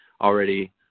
already